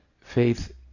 faith